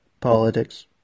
politics